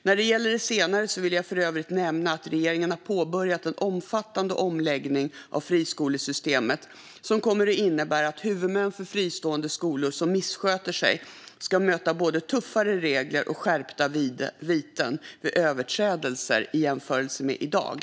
När det gäller det senare vill jag för övrigt nämna att regeringen har påbörjat en omfattande omläggning av friskolesystemet som kommer att innebära att huvudmän för fristående skolor som missköter sig ska möta både tuffare regler och skärpta viten vid överträdelser jämfört med i dag.